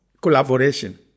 collaboration